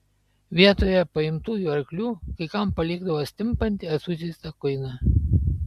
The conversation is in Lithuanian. vietoje paimtųjų arklių kai kam palikdavo stimpantį ar sužeistą kuiną